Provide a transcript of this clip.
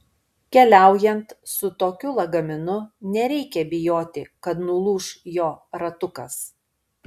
keliaujant su tokiu lagaminu nereikia bijoti kad nulūš jo ratukas